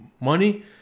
money